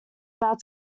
about